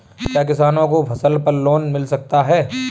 क्या किसानों को फसल पर लोन मिल सकता है?